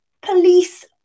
police